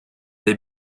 they